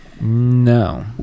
No